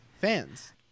fans